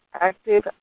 active